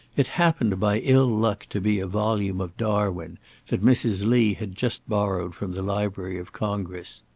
it happened by ill luck to be a volume of darwin that mrs. lee had just borrowed from the library of congress.